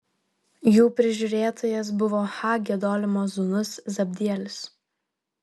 jų prižiūrėtojas buvo ha gedolimo sūnus zabdielis